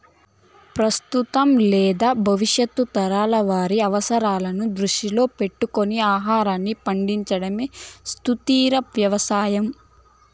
ప్రస్తుతం లేదా భవిష్యత్తు తరాల వారి అవసరాలను దృష్టిలో పెట్టుకొని ఆహారాన్ని పండించడమే సుస్థిర వ్యవసాయం